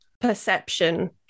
perception